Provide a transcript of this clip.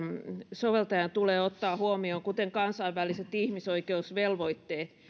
soveltajan tulee ottaa huomioon kuten kansainväliset ihmisoikeusvelvoitteet